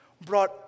brought